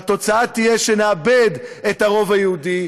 והתוצאה תהיה שנאבד את הרוב היהודי,